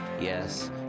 Yes